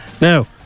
Now